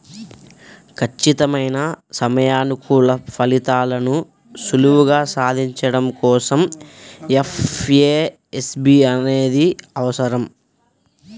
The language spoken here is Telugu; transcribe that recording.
ఖచ్చితమైన సమయానుకూల ఫలితాలను సులువుగా సాధించడం కోసం ఎఫ్ఏఎస్బి అనేది అవసరం